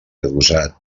adossat